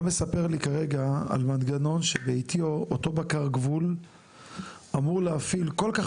אתה מספר לי כרגע על מנגנון שבעטיו אותו בקר גבול אמור להפעיל כל כך